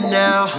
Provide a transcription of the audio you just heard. now